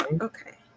okay